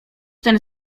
ten